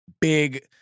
big